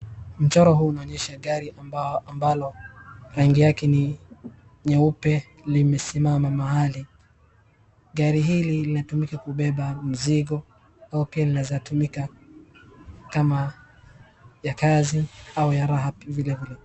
Mchoro huu unaonyesha gari ambao- ambalo rangi yake ni nyeupe limesimama mahali. Gari hili linatumika kubeba mzigo au tena inaezatumika kama ya kazi au ya raha vilevile.